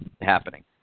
happening